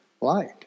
light